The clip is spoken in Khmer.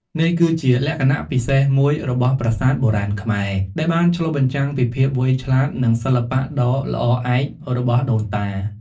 នេះគឺជាលក្ខណៈពិសេសមួយរបស់ប្រាសាទបុរាណខ្មែរ ដែលបានឆ្លុះបញ្ចាំងពីភាពវៃឆ្លាតនិងសិល្បៈដ៏ល្អឯករបស់ដូនតា។